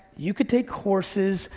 you could take courses,